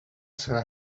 serà